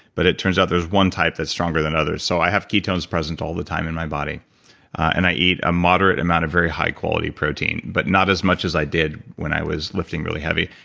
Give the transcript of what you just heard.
but it turns out there's one type that's stronger than others, so i have ketones present all the time in my body and i eat a moderate amount of very high quality protein but not as much as i did when i was lifting really heavy.